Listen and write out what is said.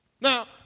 Now